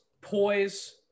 poise